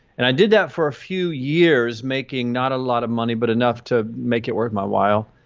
and i did that for a few years, making not a lot of money but enough to make it worth my while.